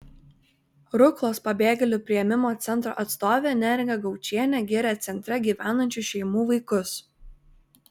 ruklos pabėgėlių priėmimo centro atstovė neringa gaučienė giria centre gyvenančių šeimų vaikus